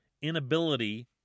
inability